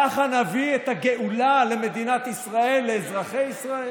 ככה נביא את הגאולה למדינת ישראל, לאזרחי ישראל?